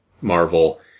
Marvel